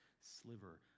sliver